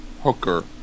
Hooker